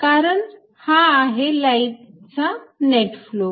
कारण हा आहे लाईट चा नेट फ्लो